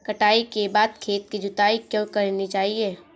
कटाई के बाद खेत की जुताई क्यो करनी चाहिए?